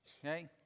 Okay